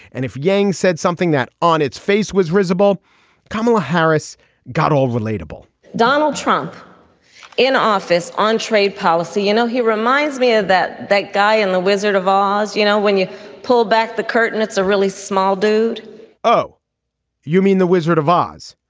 and if yang said something that on its face was risible kamala harris got all relatable donald trump in office on trade policy you know he reminds me of that that guy in the wizard of oz you know when you pull back the curtain it's a really small dude oh you mean the wizard of oz.